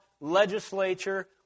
legislature